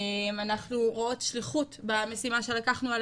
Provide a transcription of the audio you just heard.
אנחנו רואות שליחות במשימה שלקחנו על